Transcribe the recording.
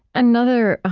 another